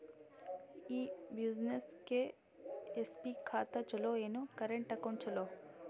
ಈ ಬ್ಯುಸಿನೆಸ್ಗೆ ಎಸ್.ಬಿ ಖಾತ ಚಲೋ ಏನು, ಕರೆಂಟ್ ಅಕೌಂಟ್ ಚಲೋ?